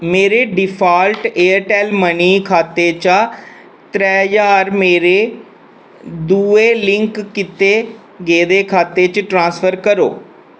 मेरे default Airtel money खाते चा त्रै मेरे दुए लिंक कीते गेदे खाते च ट्रांसफर करो